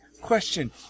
question